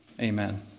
Amen